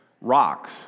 rocks